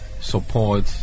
support